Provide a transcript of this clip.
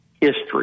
history